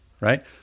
Right